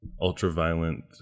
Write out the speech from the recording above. ultra-violent